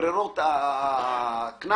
אני אגיד את זה לפרוטוקול.